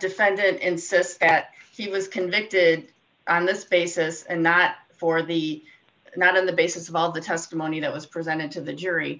defendant insists that he was convicted on this basis and not for the not on the basis of all the testimony that was presented to the jury